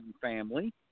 family